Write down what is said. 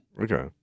Okay